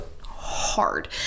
Hard